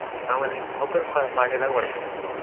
మళ్ళీ ఒక్కరికి ఫార్టీ లాగ పడతుంది అండి ఇంకా